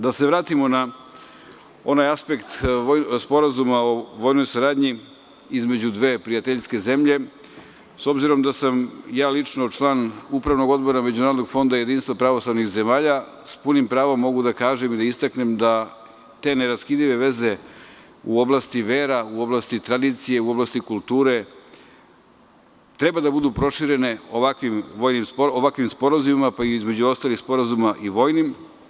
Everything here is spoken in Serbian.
Da se vratimo na onaj aspekt Sporazuma o vojnoj saradnji između dve prijateljske zemlje, s obzirom da sam lično član Upravnog odbora Međunarodnog fonda jedinstvo pravoslavnih zemalja, s punim pravom mogu da kažem i da isteknem da te neraskidive veze u oblasti vera, u oblasti tradicije, u oblasti kulture, treba da budu proširene ovakvim sporazumima, pa između ostalih sporazuma i vojnim.